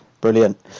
Brilliant